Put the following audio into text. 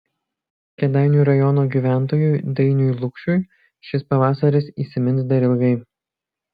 kėdainių rajono gyventojui dainiui lukšiui šis pavasaris įsimins dar ilgai